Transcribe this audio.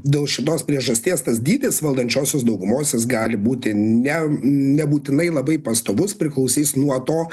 dėl šitos priežasties tas dydis valdančiosios daugumos jis gali būti ne nebūtinai labai pastovus priklausys nuo to